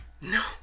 No